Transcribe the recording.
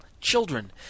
children